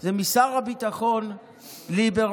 את זה משר הביטחון ליברמן,